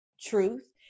truth